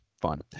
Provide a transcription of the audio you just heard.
fun